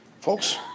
Folks